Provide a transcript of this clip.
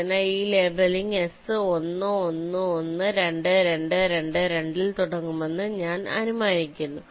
അതിനാൽ ഈ labelling S 1 1 1 2 2 2 2 ൽ തുടങ്ങുമെന്ന് ഞാൻ അനുമാനിക്കുന്നു